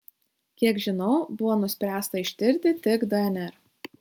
kiek žinau buvo nuspręsta ištirti tik dnr